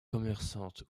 commerçante